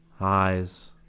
eyes